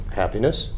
happiness